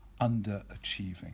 underachieving